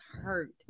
hurt